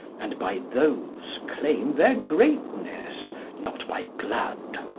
and by those claime their greatnesse not by blood.